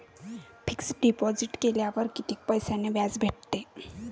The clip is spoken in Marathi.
फिक्स डिपॉझिट केल्यावर कितीक टक्क्यान व्याज भेटते?